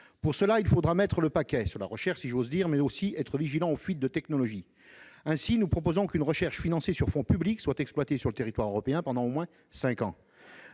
Pour cela, il faudra « mettre le paquet » sur la recherche, mais aussi être vigilant sur les fuites de technologie. Ainsi, nous proposons qu'une recherche financée sur fonds publics soit exploitée sur le territoire européen pendant au moins cinq ans.